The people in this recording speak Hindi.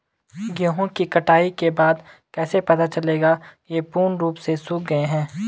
गेहूँ की कटाई के बाद कैसे पता चलेगा ये पूर्ण रूप से सूख गए हैं?